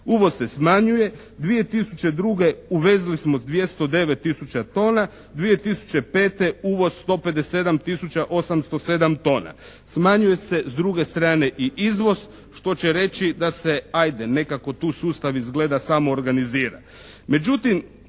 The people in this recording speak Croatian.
uvoz se smanjuje. 2002. uvezli smo 209 tisuća tona, 2005. uvoz 157 tisuća 807 tona. Smanjuje se s druge strane i izvoz što će reći da se ajde nekako tu sustav izgleda samo organizira.